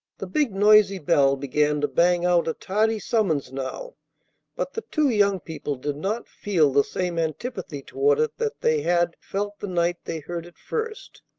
the big, noisy bell began to bang out a tardy summons now but the two young people did not feel the same antipathy toward it that they had felt the night they heard it first.